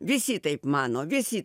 visi taip mano visi